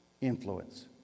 influence